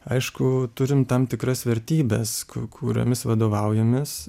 aišku turim tam tikras vertybes kuriomis vadovaujamės